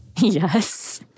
Yes